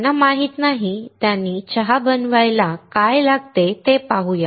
ज्यांना माहित नाही त्यांनी चहा बनवायला काय लागते ते पाहू या